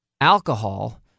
alcohol